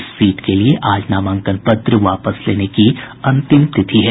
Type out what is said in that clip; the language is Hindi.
इस सीट के लिये आज नामांकन पत्र वापस लेने की अंतिम तिथि है